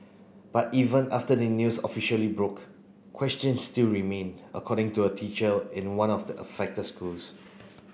but even after the news officially broke questions still remain according to a teacher in one of the affected schools